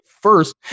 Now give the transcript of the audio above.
first